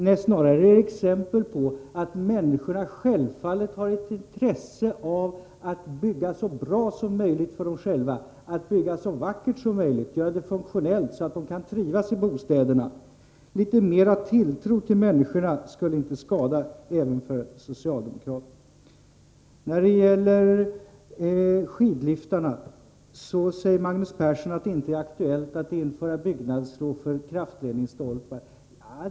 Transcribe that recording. Nej, snarare är det exempel på att människorna självfallet har ett intresse av att bygga så bra som möjligt för dem själva, att bygga så vackert som möjligt, att göra det funktionellt så att de kan trivas i bostäderna. Litet mera tilltro till människorna skulle inte skada — det gäller även socialdemokraterna. I fråga om skidliftarna säger Magnus Persson att det inte är aktuellt att införa byggnadslov för kraftledningsstolpar.